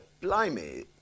blimey